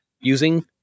using